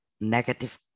negative